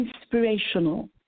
inspirational